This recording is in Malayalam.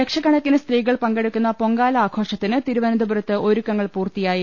ലക്ഷക്കണക്കിന് സ്ത്രീകൾ പങ്കെടുക്കുന്ന പൊങ്കാല ആഘോഷത്തിന് തിരുവനന്തപുരത്ത് ഒരുക്കങ്ങൾ പൂർത്തിയായി